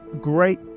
great